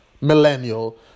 millennial